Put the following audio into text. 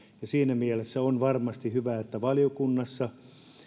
siinä mielessä on varmasti hyvä että valiokunnassa